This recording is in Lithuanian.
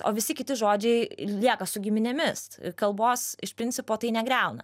o visi kiti žodžiai lieka su giminėmis kalbos iš principo tai negriauna